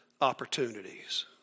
opportunities